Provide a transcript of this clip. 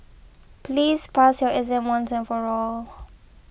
please pass your exam once and for all